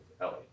Ellie